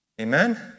amen